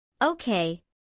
Okay